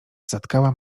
zatkała